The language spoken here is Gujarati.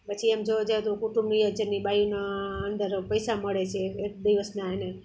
પછી એમ જોવા જાવ તો કુંટુંબ નિયોજનની બાઈના અંદર પૈસા મળે છે એક દિવસના એને